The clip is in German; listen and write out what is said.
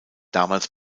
damals